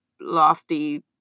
lofty